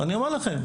אני אומר לכם,